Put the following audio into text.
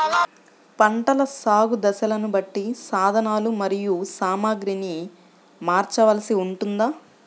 పంటల సాగు దశలను బట్టి సాధనలు మరియు సామాగ్రిని మార్చవలసి ఉంటుందా?